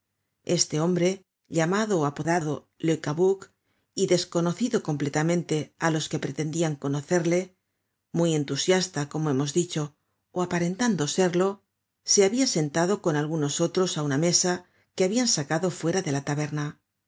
este hombre llamado ó apodado le cabuc y desconocido completamente á los que pretendian conocerle muy entusiasta como hemos dicho ó aparentando serlo se habia sentado con algunos otros á una mesa que habian sacado fuera de la taberna